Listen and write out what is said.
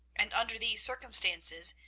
and, under these circumstances,